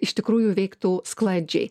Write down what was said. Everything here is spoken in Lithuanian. iš tikrųjų veiktų sklandžiai